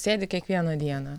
sėdi kiekvieną dieną